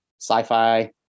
sci-fi